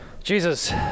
Jesus